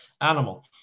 animal